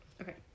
Okay